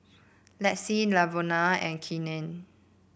Lexi Lavona and Keenan